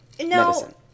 no